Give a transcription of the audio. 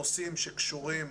טלי, תקשיבי.